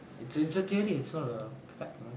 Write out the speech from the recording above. it's it's a theory it's not a fact right